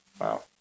wow